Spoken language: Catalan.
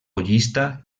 llista